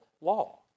law